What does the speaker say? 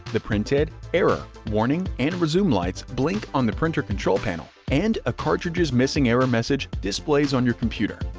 the printhead, error, warning, and resume lights blink on the printer control panel, and a cartridges missing error message displays on your computer.